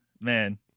Man